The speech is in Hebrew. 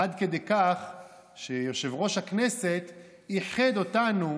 עד כדי כך שיושב-ראש הכנסת איחד אותנו,